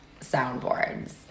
soundboards